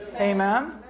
Amen